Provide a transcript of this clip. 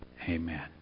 Amen